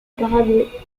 paraguay